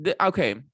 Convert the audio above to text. okay